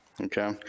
okay